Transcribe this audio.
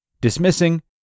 Dismissing